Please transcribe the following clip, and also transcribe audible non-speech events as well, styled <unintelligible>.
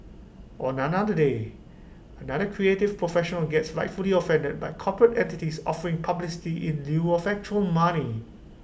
<unintelligible> day another creative professional gets rightfully offended by corporate entities offering publicity in lieu of actual money